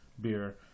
beer